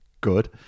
Good